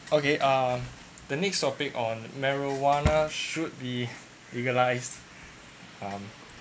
okay um next topic on marijuana should be legalized um